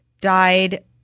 died